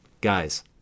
guys